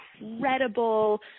incredible